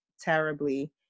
terribly